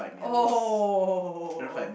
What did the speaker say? oh